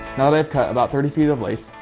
now that i've cut about thirty feet of lace,